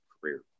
career